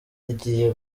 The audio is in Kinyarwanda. igiye